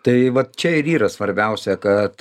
tai vat čia ir yra svarbiausia kad